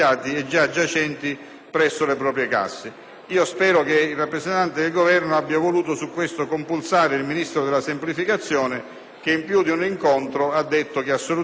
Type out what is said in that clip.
Spero che il rappresentante del Governo abbia voluto al riguardo compulsare il Ministro della semplificazione che in più di un incontro ha detto che assolutamente questa norma andava ripristinata.